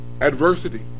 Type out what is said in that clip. adversity